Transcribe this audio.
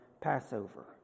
Passover